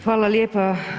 Hvala lijepa.